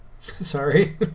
Sorry